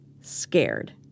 scared